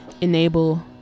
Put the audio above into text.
enable